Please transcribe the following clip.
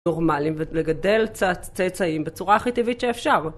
נורמלים ולגדל צאצאים בצורה הכי טבעית שאפשר.